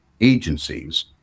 agencies